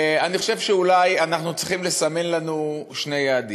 ואני חושב שאולי אנחנו צריכים לסמן לנו שני יעדים: